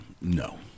no